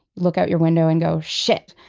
look out your window and go, shit.